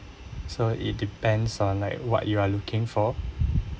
so it depends on like what you are looking for